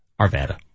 Arvada